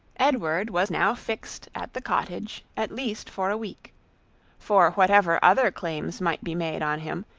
edward was now fixed at the cottage at least for a week for whatever other claims might be made on him,